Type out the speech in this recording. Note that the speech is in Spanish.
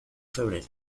febrero